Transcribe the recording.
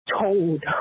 told